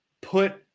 put